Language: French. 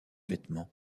vêtements